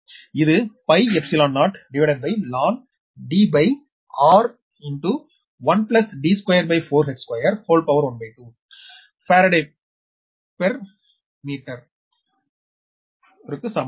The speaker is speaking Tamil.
இது 0ln Dr 1 D24h212 பாராட்பெர் மீட்டர் க்கு சமம்